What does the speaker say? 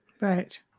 Right